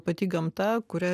pati gamta kuria